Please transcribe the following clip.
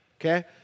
okay